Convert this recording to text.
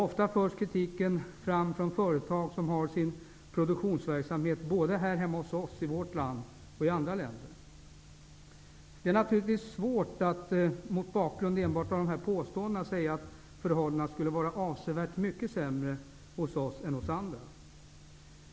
Ofta förs kritiken fram från företag som har sin produktion både i vårt land och i andra länder. Det är naturligtvis svårt att mot bakgrund av enbart dessa påståenden säga att förhållandena skulle vara avsevärt sämre hos oss än hos andra.